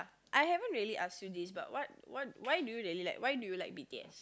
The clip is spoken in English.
I haven't really ask you this but what what why do you really like why do you like b_t_s